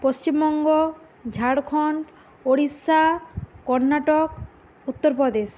Paschimbanga Jharkhand Orissa Karnataka Uttar Pradesh